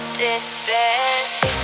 distance